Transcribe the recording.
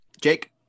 jake